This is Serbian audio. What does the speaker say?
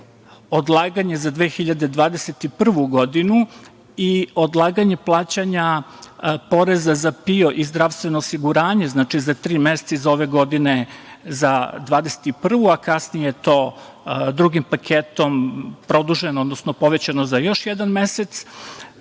Odlaganje za 2021. godinu i odlaganje plaćanja poreza za PIO i zdravstveno osiguranje, znači za tri meseca iz ove godine za 2021. a kasnije je drugim paketom produženo, odnosno povećano za još jedan mesec,